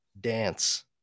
dance